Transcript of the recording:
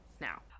now